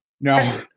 No